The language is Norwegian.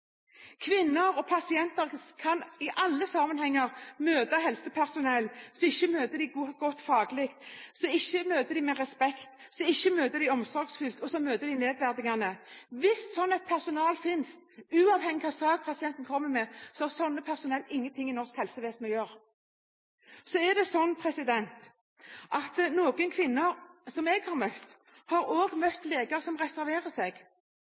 Kvinner og pasienter kan i alle sammenhenger møte helsepersonell som ikke møter dem godt faglig, som ikke møter dem med respekt, som ikke møter dem omsorgsfullt, som møter dem nedverdigende. Hvis et sånt helsepersonell finnes, uavhengig av hvilken sak pasienten kommer med, har det ikke noe i norsk helsevesen å gjøre. Noen kvinner som jeg har møtt, har òg møtt leger som reserverer seg